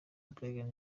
brig